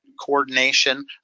coordination